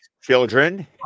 Children